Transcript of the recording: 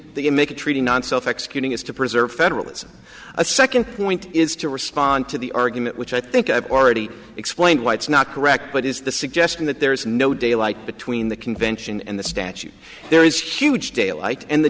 you make a treaty non self executing is to preserve federalism a second point is to respond to the argument which i think i've already explained why it's not correct but is the suggestion that there is no daylight between the convention and the statute there is huge daylight and the